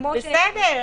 כמו שהסבירה --- בסדר,